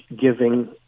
giving